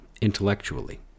intellectually